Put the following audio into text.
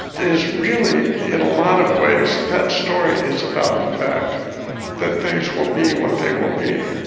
is really in a lot of ways, that story is about the fact that things will be what they will be.